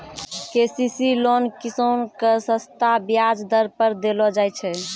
KCC loan किसान के सस्ता ब्याज दर पर देलो जाय छै